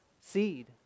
seed